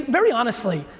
very honestly,